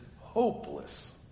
hopeless